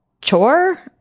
chore